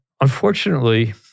unfortunately